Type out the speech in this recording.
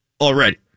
already